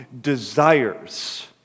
desires